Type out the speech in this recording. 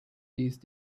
these